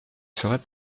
serait